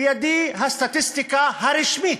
בידי הסטטיסטיקה הרשמית,